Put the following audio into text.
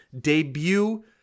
debut